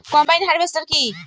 Combine harvester কি?